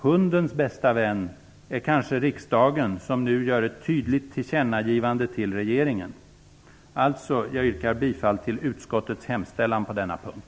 Hundens bästa vän kanske är riksdagen, som nu gör ett tydligt tillkännagivande till regeringen. Jag yrkar alltså bifall till utskottets hemställan på denna punkt.